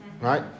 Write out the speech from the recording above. right